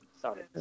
sorry